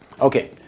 Okay